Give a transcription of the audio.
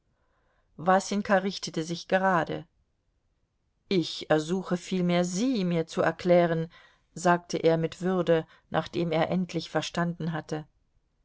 wasenka richtete sich gerade ich ersuche vielmehr sie mir zu erklären sagte er mit würde nachdem er endlich verstanden hatte